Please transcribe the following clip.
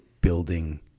building